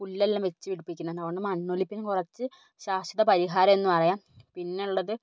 പുല്ലെല്ലാം വെച്ച് പിടിപ്പിക്കണതുകൊണ്ട് മണ്ണൊലിപ്പിന് കുറച്ച് ശാശ്വത പരിഹാരമെന്ന് പറയാം പിന്നൊള്ളത്